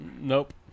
Nope